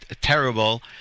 terrible